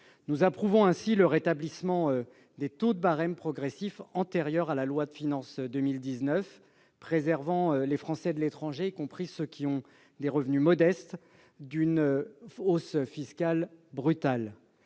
Nous approuvons ainsi le rétablissement des taux de barème progressif antérieurs à la loi de finances pour 2019 ; cela préserverait les Français de l'étranger, notamment ceux dont les revenus sont modestes, d'une hausse brutale